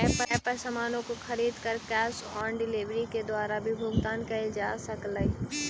app पर सामानों को खरीद कर कैश ऑन डिलीवरी के द्वारा भी भुगतान करल जा सकलई